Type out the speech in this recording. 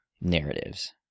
narratives